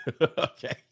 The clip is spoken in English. okay